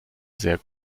sehr